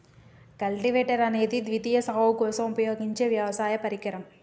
cultivator అనేది ద్వితీయ సాగు కోసం ఉపయోగించే వ్యవసాయ పరికరం